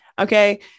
Okay